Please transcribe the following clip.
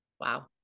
Wow